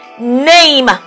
name